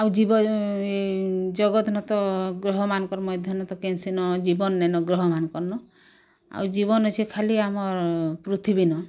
ଆଉ ଜୀବ ଜଗତ ନ ତ ଗ୍ରହ ମାନଙ୍କର୍ ମଧ୍ୟ ନେ ତ କେନ୍ସି ନ ଜୀବନ୍ ନାଇଁ ନ ଗ୍ରହ ମାନଙ୍କର୍ ନ ଆଉ ଜୀବନ୍ ଅଛି ଖାଲି ଆମର୍ ପୃଥିବୀ ନ